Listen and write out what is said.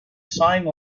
sign